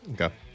Okay